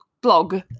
blog